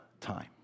time